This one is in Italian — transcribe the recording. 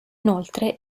inoltre